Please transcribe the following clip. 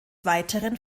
weiteren